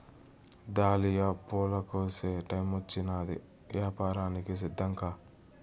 dahlia పూల కోసే టైమొచ్చినాది, యాపారానికి సిద్ధంకా